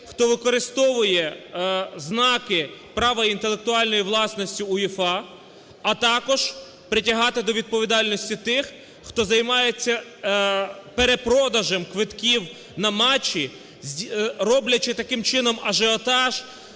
хто використовує знаки права інтелектуальної власності УЄФА, а також притягати до відповідальності тих, хто займається перепродажем квитків на матчі, роблячи таким чином ажіотаж,